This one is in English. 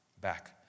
back